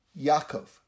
Yaakov